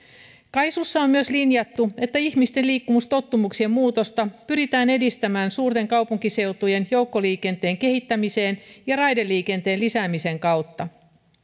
kaisussa on myös linjattu että ihmisten liikkumistottumuksien muutosta pyritään edistämään suurten kaupunkiseutujen joukkoliikenteen kehittämisen ja raideliikenteen lisäämisen kautta